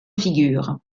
figure